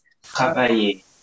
travailler